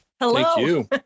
Hello